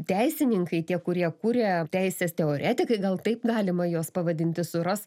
teisininkai tie kurie kuria teisės teoretikai gal taip galima juos pavadinti suras